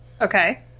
okay